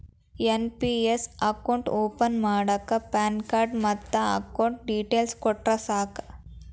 NPS account open ಮಾಡಾಕ PAN card ಮತ್ತ account details ಕೊಟ್ರ ಸಾಕ